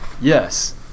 Yes